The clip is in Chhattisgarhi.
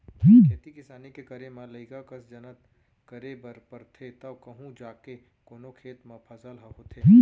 खेती किसानी के करे म लइका कस जनत करे बर परथे तव कहूँ जाके कोनो खेत म फसल ह होथे